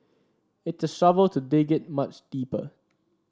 it's a shovel to dig it much deeper